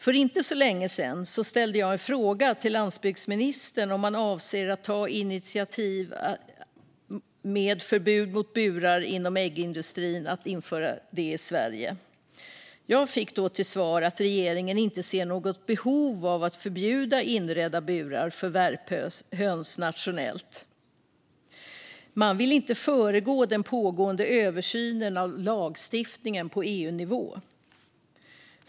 För inte så länge sedan ställde jag en fråga till landsbygdsministern, om man avser att ta initiativ för att införa förbud mot burar inom äggindustrin i Sverige. Jag fick till svar att regeringen inte ser något behov av att förbjuda inredda burar för värphöns nationellt och att man inte vill föregripa den pågående översynen av lagstiftningen på EU-nivå.